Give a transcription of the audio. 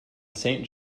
saint